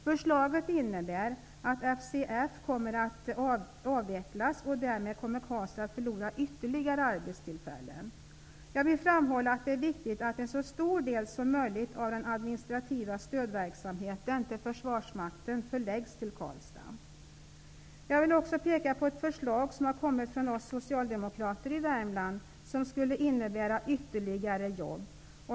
Förslaget innebär att FCF kommer att avvecklas, och därmed kommer Karlstad att förlora ytterligare arbetstillfällen. Jag vill framhålla att det är viktigt att en så stor del som möjligt av den administrativa stödverksamheten för försvarsmakten förläggs till Karlstad. Jag vill också peka på ett förslag som har kommit från oss Socialdemokrater i Värmland, vilket skulle innebära ytterligare jobb.